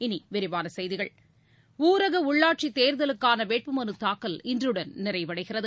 இனிவிரிவானசெய்திகள் ஊரகஉள்ளாட்சித் தேர்தலுக்கானவேட்புமனுதாக்கல் இன்றுடன் நிறைவடைகிறது